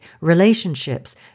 relationships